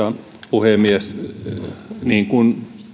puhemies niin kuin